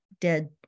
dead